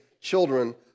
children